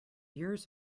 years